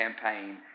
campaign